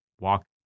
walk